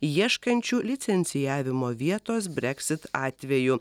ieškančių licencijavimo vietos breksit atveju